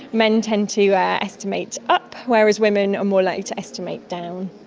men tend to ah estimate up, whereas women are more likely to estimate down.